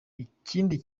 ikindi